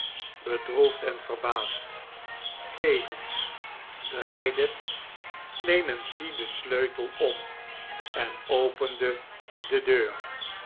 bedroefd en verbaasd tevems draaide clemency den sleutel om en opende de deux